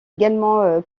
également